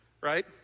right